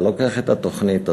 אתה לא צריך את התוכנית הזאת,